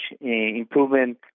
improvement